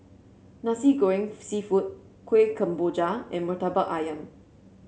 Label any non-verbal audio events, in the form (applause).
Nasi Goreng (noise) seafood Kuih Kemboja and murtabak ayam